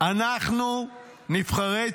"אנחנו נבחרי ציבור.